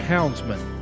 Houndsman